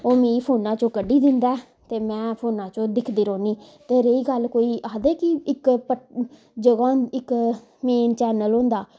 ओह् मिगी फोना चूं कड्ढी दिंदा ते में दिखदी रौहनी ते रेही गल्ल कोई आखदे कि इक्कै जेह्ड़ा इक्कै मेन चैनल होंदा